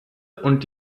und